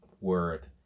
word